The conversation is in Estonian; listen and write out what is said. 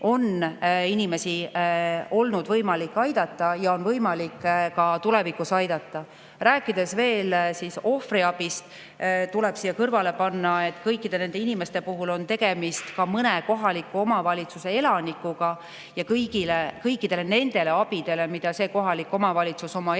on inimesi olnud võimalik aidata ja on võimalik ka tulevikus aidata. Rääkides veel ohvriabist, tuleb siia kõrvale panna, et kõikide nende inimeste puhul on tegemist mõne kohaliku omavalitsuse elanikuga ja lisaks sellele abile, mida see kohalik omavalitsus oma elanikule